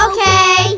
Okay